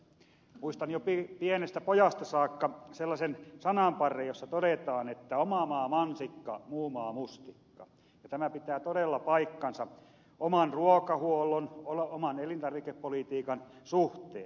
muistan jo pienestä pojasta saakka sellaisen sananparren jossa todetaan että oma maa mansikka muu maa mustikka ja tämä pitää todella paikkansa oman ruokahuollon oman elintarvikepolitiikan suhteen